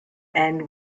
end